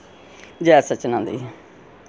जै सच्चिदा नन्द जी